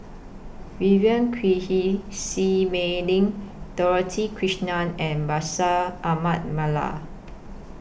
Vivien Quahe Seah Mei Lin Dorothy Krishnan and Bashir Ahmad Mallal